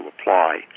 apply